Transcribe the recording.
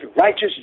righteous